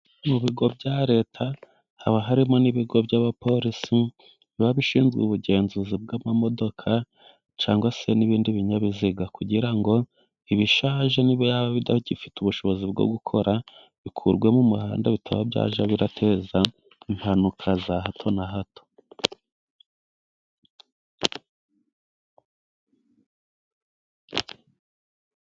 Mu bigo bya Leta, haba harimo n'ibigo by'abapolisi, biba bishinzwe ubugenzuzi bw'amamodoka, cyangwa se n'ibindi binyabiziga, kugirango ibishaje niyo byaba bidagifite ubushobozi, bwo gukora bikurwe mu muhanda, bitaba byajya birateza, impanuka za hato na hato.